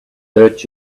hurt